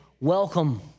welcome